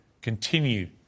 continue